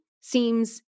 seems